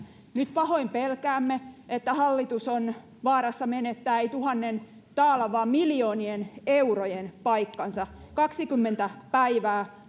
nyt pahoin pelkäämme että hallitus on vaarassa menettää ei tuhannen taalan vaan miljoonien eurojen paikkansa kaksikymmentä päivää